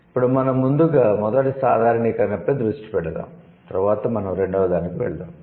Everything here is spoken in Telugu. ఇప్పుడు మనం ముందుగా మొదటి సాధారణీకరణపై దృష్టి పెడదాం తరువాత మనం రెండవదానికి వెళ్తాము